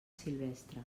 silvestre